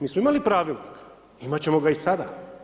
Mi smo imali pravilnik, imat ćemo ga i sada.